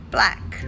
Black